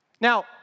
Now